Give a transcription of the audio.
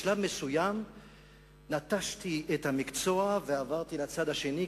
בשלב מסוים נטשתי את המקצוע ועברתי לצד השני,